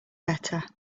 better